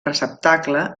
receptacle